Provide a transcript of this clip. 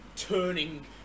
Turning